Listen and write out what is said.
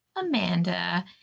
Amanda